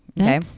Okay